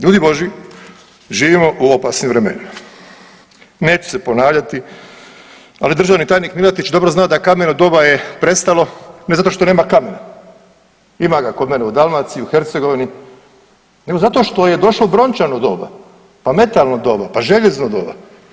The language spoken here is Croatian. Ljudi božji živimo u opasnim vremenima, neću se ponavljati, ali državni tajnik Milatić dobro zna da kameno doba je prestalo ne zato što nema kamena, ima ga kod mene u Dalmaciji u Hercegovini, nego zato što je došlo brončano doba pa mentalno doba, pa željezno doba.